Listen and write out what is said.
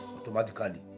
automatically